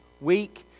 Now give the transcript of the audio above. week